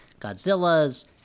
Godzilla's